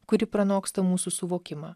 kuri pranoksta mūsų suvokimą